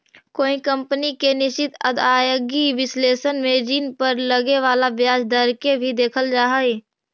कोई कंपनी के निश्चित आदाएगी विश्लेषण में ऋण पर लगे वाला ब्याज दर के भी देखल जा हई